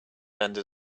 ended